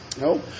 No